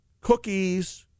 cookies